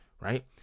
right